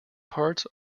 parts